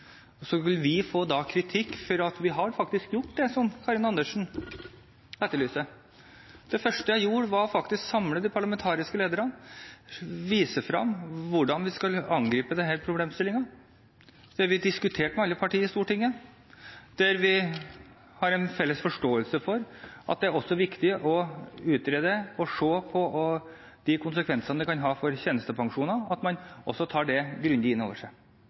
Og så skal vi få kritikk for at vi har gjort det som Karin Andersen etterlyser! Det første jeg gjorde, var å samle de parlamentariske lederne og vise hvordan vi skulle angripe disse problemstillingene. Vi diskuterte med alle partiene i Stortinget. Vi har en felles forståelse for at det er viktig å utrede og å se på de konsekvensene det kan ha for tjenestepensjonene – at man tar dette grundig inn over seg,